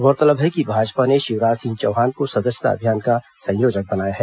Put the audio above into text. गौरतलब है कि भाजपा ने शिवराज सिंह चौहान को सदस्यता अभियान का संयोजक बनाया है